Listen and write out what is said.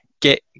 get